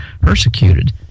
persecuted